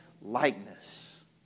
likeness